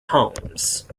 homes